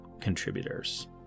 contributors